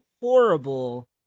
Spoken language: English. horrible